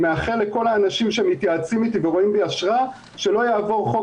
אני מאחל לכל האנשים שמתייעצים איתי ורואים בי השראה שלא יעבור חוק